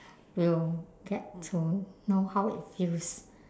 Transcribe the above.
will get to know how it feels